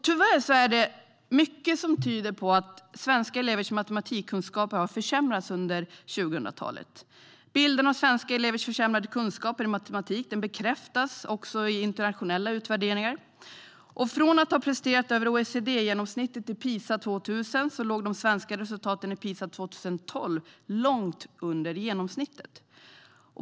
Tyvärr är det mycket som tyder på att svenska elevers matematikkunskaper har försämrats under 2000-talet. Bilden av svenska elevers försämrade kunskaper i matematik bekräftas också i internationella utvärderingar. Från att ha presterat över OECD-genomsnittet i PISA 2000 låg de svenska resultaten i PISA 2012 långt under genomsnittet.